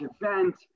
event